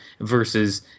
versus